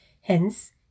Hence